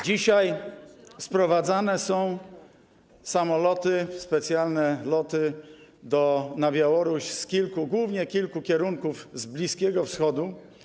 Dzisiaj sprowadzane są samoloty - specjalne loty na Białoruś - głównie z kilku kierunków z Bliskiego Wschodu.